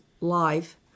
life